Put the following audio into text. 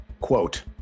Quote